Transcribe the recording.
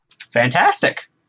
Fantastic